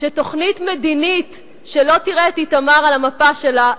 שתוכנית מדינית שלא תראה את איתמר על המפה שלה,